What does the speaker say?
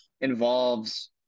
involves